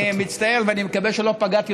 אני מצטער ואני מקווה שלא פגעתי,